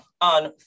on